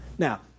Now